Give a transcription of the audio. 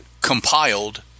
compiled